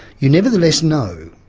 you nevertheless know.